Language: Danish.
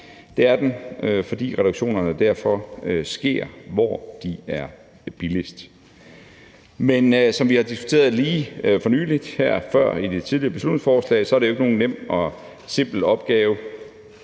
Det er den, fordi reduktionerne derfor sker, hvor de er billigst. Men som vi har diskuteret lige for nylig, her før i forbindelse med det tidligere beslutningsforslag, er det jo ikke nogen nem og simpel opgave